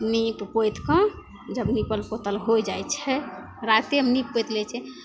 नीपि पोतिके जब निपल पोतल होइ जाइ छै रातेमे नीपि पोति लै छै